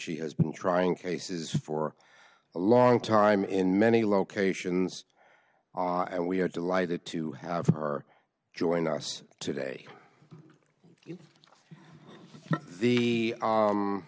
she has been trying cases for a long time in many locations and we are delighted to have her join us today the